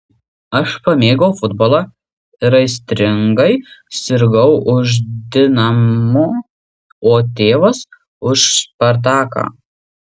aš pamėgau futbolą ir aistringai sirgau už dinamo o tėvas už spartaką